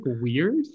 weird